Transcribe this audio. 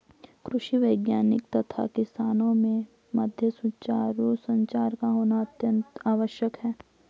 कृषि वैज्ञानिक तथा किसानों के मध्य सुचारू संचार का होना अत्यंत आवश्यक है